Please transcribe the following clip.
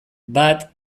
bat